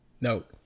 Note